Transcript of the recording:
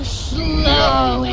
slow